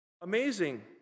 Amazing